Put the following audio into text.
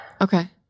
okay